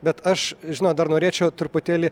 bet aš žinot dar norėčiau truputėlį